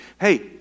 hey